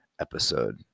episode